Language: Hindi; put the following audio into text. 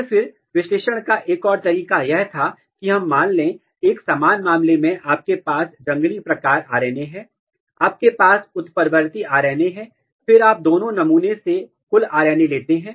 और फिर विश्लेषण का एक और तरीका यह था कि हम मान लें एक समान मामले में आपके पास जंगली प्रकार आरएनए है आपके पास उत्परिवर्ती आरएनए है और फिर आप दोनों नमूने से कुल आरएनए लेते हैं